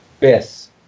yes